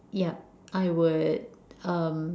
yeah I would um